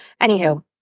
Anywho